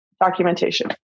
documentation